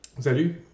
Salut